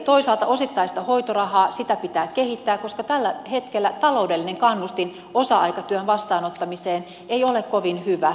toisaalta osittaista hoitorahaa pitää kehittää koska tällä hetkellä taloudellinen kannustin osa aikatyön vastaanottamiseen ei ole kovin hyvä